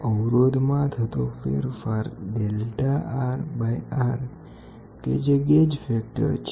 અવરોધમાં થતો ફેરફાર delta R divided by R કે જે G F છે